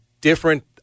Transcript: different